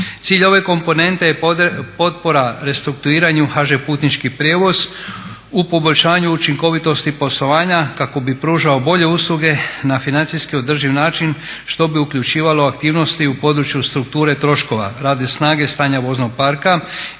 Cilj ove komponente je potpora restrukturiranju HŽ Putnički prijevoz u poboljšanju učinkovitosti poslovanja kako bi pružao bolje usluge na financijski održiv način što bi uključivalo aktivnosti u području strukture troškova radi snage stanja voznog parka